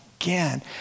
again